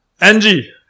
Angie